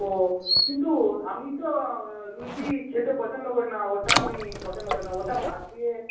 ও কিন্তু আমি তো লুচি খেতে পছন্দ করি না ওটা আমি পছন্দ করি না ওটা বাদ দিয়ে